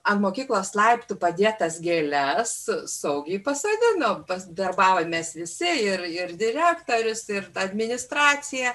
ant mokyklos laiptų padėtas gėles saugiai pasodinom pas darbavomės visi ir ir direktorius ir administracija